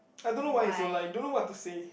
I don't why is so like I don't know what to says